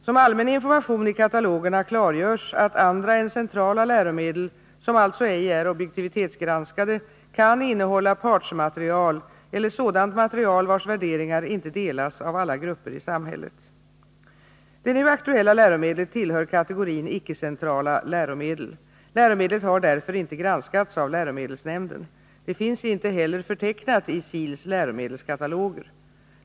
Som allmän information i katalogerna klargörs att andra än centrala läromedel, som alltså ej är objektivitetsgranskade, kan innehålla partsmaterial eller sådant material vars värderingar inte delas av alla grupper i samhället. Det nu aktuella läromedlet tillhör kategorin icke-centrala läromedel. Läromedlet har därför inte granskats av läromedelsnämnden. Det finns inte heller förtecknat i SIL:s läromedelskataloger.